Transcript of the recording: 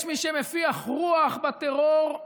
יש מי שמפיח רוח בטרור,